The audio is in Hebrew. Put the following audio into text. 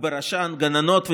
ובראשם גננות וסייעות,